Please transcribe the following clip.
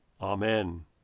Amen